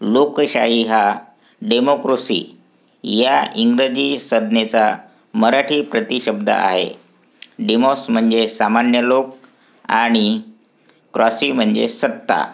लोकशाही हा डेमोक्रॉसी या इंग्रजी संज्ञेचा मराठी प्रतिशब्द आहे डिमॉस म्हणजे सामान्य लोक आणि क्रॉसी म्हणजे सत्ता